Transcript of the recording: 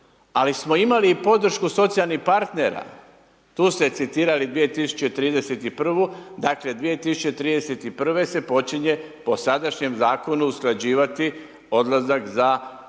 Ali smo imali i podršku socijalnih partnera, tu te citirali 2031. dakle, 2031. se počinje, po sadašnjem zakonu usklađivati odlazak za mirovinu